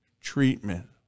treatment